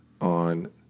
on